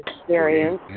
experience